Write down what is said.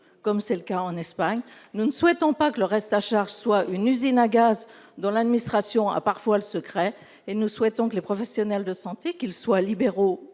comme c'est le cas en Espagne, et que le reste à charge soit une usine à gaz dont l'administration a parfois le secret. Nous souhaitons que les professionnels de santé, qu'ils soient libéraux